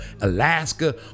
alaska